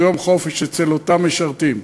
הוא יום חופש אצל אותם משרתים,